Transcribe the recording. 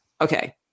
Okay